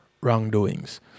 wrongdoings